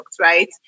Right